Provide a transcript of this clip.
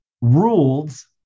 rules